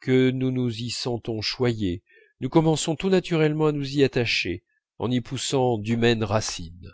que nous nous y sentons choyés nous commençons tout naturellement à nous y attacher en y poussant d'humaines racines